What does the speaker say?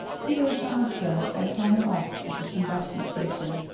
two days after, i saw him off at the shimbashi station,